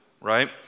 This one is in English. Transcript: right